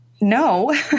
No